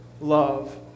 love